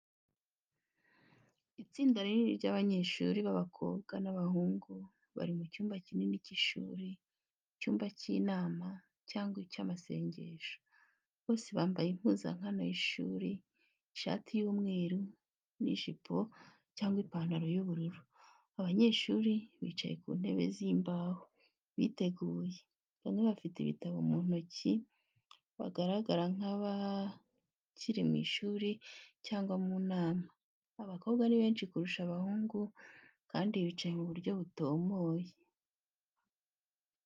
Itsinda rinini ry'abanyeshuri b’abakobwa n’abahungu bari mu cyumba kinini cy’ishuri, icyumba cy’inama cyangwa icy’amasengesho. Bose bambaye impuzankano y’ishuri ishati y’umweru n’ijipo cyangwa ipantaro y’ubururu. Abanyeshuri bicaye ku ntebe z’imbaho, biteguye, bamwe bafite ibitabo mu ntoki, bagaragara nk'abari mu ishuri cyangwa mu nama. Abakobwa ni benshi kurusha abahungu, kandi bicaye mu buryo butomoye .